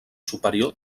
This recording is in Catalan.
superior